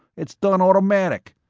it's done automatic.